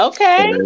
Okay